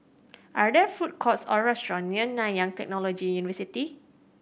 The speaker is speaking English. are there food courts or restaurants near Nanyang Technological University